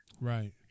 Right